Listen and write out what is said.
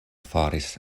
faris